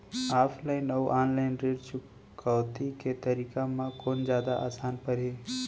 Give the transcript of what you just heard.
Offline अऊ online ऋण चुकौती के तरीका म कोन जादा आसान परही?